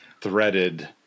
threaded